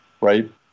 Right